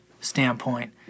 standpoint